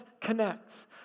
connects